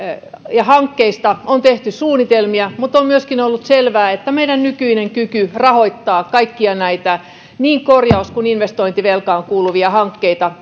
ja hankkeista on tehty suunnitelmia mutta on myöskin ollut selvää että meidän nykyinen kyky rahoittaa kaikkia näitä niin korjaus kuin investointivelkaan kuuluvia hankkeita